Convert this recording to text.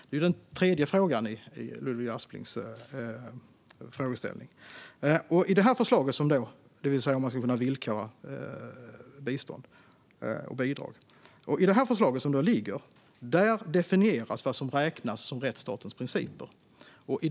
Det är den tredje frågan i Ludvig Asplings frågeställning, det vill säga om man ska kunna villkora bistånd och bidrag. I det förslag som nu ligger definieras vad som räknas som rättsstatens principer.